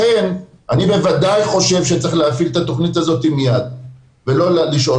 לכן אני בוודאי חושב שצריך להפעיל את התוכנית הזאת מיד ולא לִשהות.